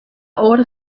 oare